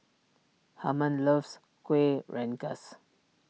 Hermann loves Kueh Rengas